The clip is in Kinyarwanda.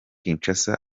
kinshasa